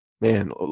man